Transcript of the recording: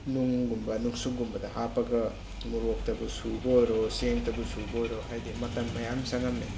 ꯅꯨꯡꯒꯨꯝꯕ ꯅꯨꯡꯁꯨꯒꯨꯝꯕꯗ ꯍꯥꯞꯄꯒ ꯃꯣꯔꯣꯛꯇꯕꯨ ꯁꯨꯕ ꯑꯣꯏꯔꯣ ꯆꯦꯡꯗꯕꯨ ꯁꯨꯕ ꯑꯣꯏꯔꯣ ꯍꯥꯏꯗꯤ ꯃꯇꯝ ꯃꯌꯥꯝ ꯆꯪꯉꯝꯃꯦ